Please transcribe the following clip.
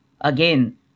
again